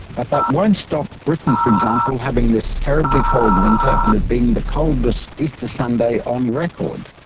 but that won't stop britain, for example, having this terribly cold winter and it being the coldest easter sunday on record.